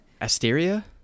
Asteria